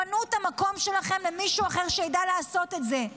פנו את המקום שלכם למישהו אחר שיודע לעשות את זה.